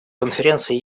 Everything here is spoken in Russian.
конференции